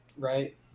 Right